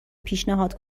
پیشنهاد